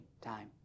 time